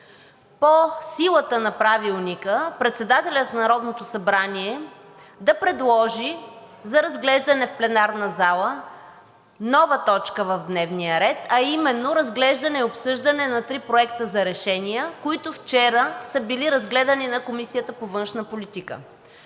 по силата на Правилника, председателят на Народното събрание да предложи за разглеждане в пленарна зала нова точка в дневния ред, а именно: Разглеждане и обсъждане на три проекта за решения, които вчера са били разгледани на Комисията по външна политика.